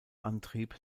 antrieb